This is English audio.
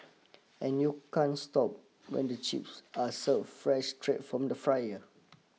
and you can't stop when the chips are served fresh straight from the fryer